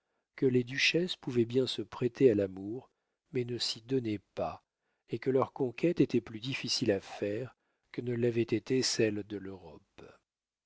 que les duchesses pouvaient bien se prêter à l'amour mais ne s'y donnaient pas et que leur conquête était plus difficile à faire que ne l'avait été celle de l'europe